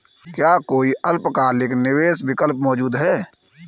क्या कोई अल्पकालिक निवेश विकल्प मौजूद है?